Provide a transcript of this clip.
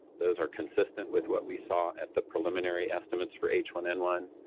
those are consistent with what we saw at the preliminary estimates for h one n one.